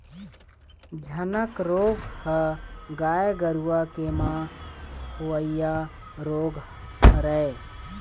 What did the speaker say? झनक रोग ह गाय गरुवा के म होवइया रोग हरय